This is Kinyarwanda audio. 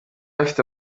bafite